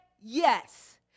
yes